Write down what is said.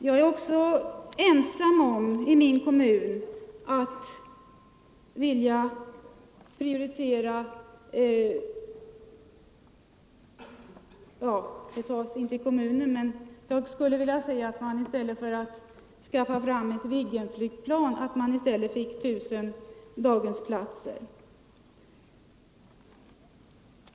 I stället för att skaffa ett nytt Viggen-flygplan anser jag också att man skulle bekosta 1000 daghemsplatser.